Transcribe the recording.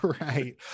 Right